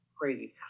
Crazy